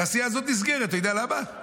התעשייה הזאת נסגרת, אתה יודע למה?